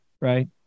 right